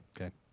Okay